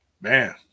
man